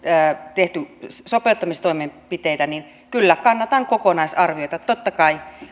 tehty sopeuttamistoimenpiteitä niin kyllä kannatan kokonaisarviota totta kai